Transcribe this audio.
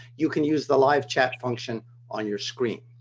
you can use the live chat function on your screen.